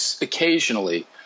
occasionally